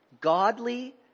Godly